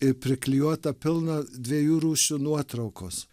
ir priklijuota pilna dviejų rūšių nuotraukos